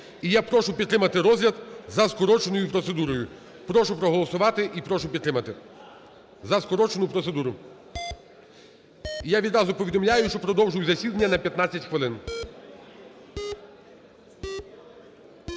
І я прошу підтримати розгляд за скороченою процедурою. Прошу проголосувати і прошу підтримати. За скорочену процедуру. Я відразу повідомляю, що продовжую засідання на 15 хвилин.